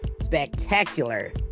spectacular